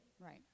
Right